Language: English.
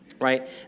Right